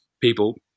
People